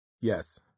Yes